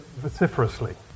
vociferously